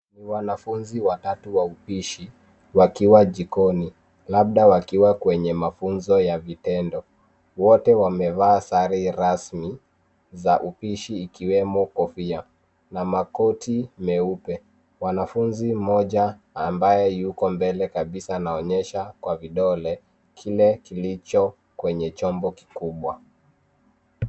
Wanafunzi watatu wa upishi wakiwa jikoni, labda katika mafunzo ya vitendo. Wote wamevaa sare rasmi za upishi zikiwemo kofia na makoti meupe. Mwanafunzi mmoja, ambaye yuko mbele kabisa, anaonyesha kwa kidole chake kitu kilicho kwenye chombo kikubwa.